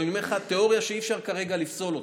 אבל אני אומר לך תיאוריה שאי-אפשר כרגע לפסול אותה,